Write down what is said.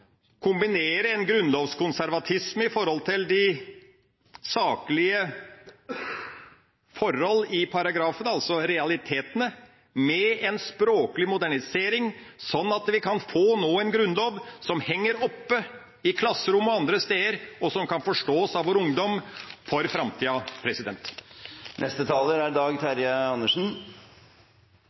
kombinere grunnlovskonservatisme med tanke på de saklige forholdene i paragrafene, altså realitetene, med en språklig modernisering, sånn at vi nå kan få en grunnlov som henger oppe i klasserom og andre steder, og som kan forstås av vår ungdom for framtida.